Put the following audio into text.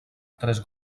tres